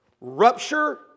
Rupture